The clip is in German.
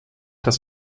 das